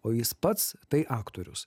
o jis pats tai aktorius